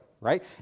right